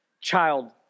child